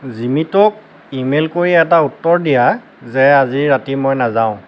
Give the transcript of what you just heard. জিমিটক email কৰি এটা উত্তৰ দিয়া যে আজি ৰাতি মই নাযাওঁ